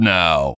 now